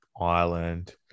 Ireland